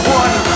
one